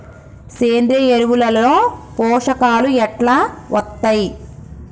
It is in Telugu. సేంద్రీయ ఎరువుల లో పోషకాలు ఎట్లా వత్తయ్?